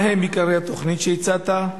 1. מה הם עיקרי התוכנית שהצעת?